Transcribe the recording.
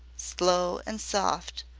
slow and soft,